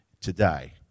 Today